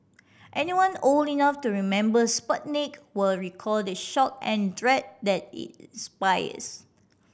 anyone old enough to remember Sputnik will recall the shock and dread that it inspires